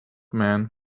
man